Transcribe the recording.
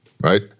right